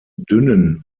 dünnen